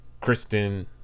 Kristen